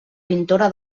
pintora